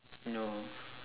you know